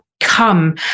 Come